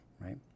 right